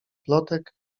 plotek